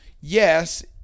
yes